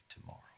tomorrow